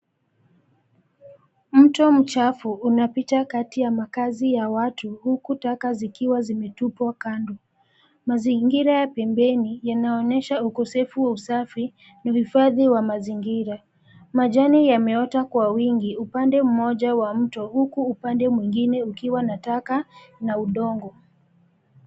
Mto mchafu unapita kati ya makazi ya watu huku taka zikiwa zimetupwa kando. Mazingira ya pembeni yanaonyesha ukosefu wa usafi, uhifadhi wa mazingira. Majani yameota kwa wingi upande mmoja wa mto, huku upande mwingine ukiwa na taka na udongo.